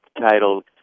titled